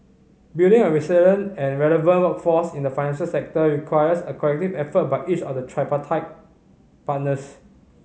building a resilient and relevant workforce in the financial sector requires a collective effort by each of the tripartite partners